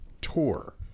Tour